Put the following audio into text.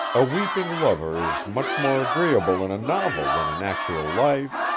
a weeping lover is much more agreeable in a novel than in actual life.